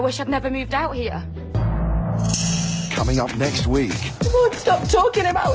i wish i'd never moved out here coming out next week would stop talking about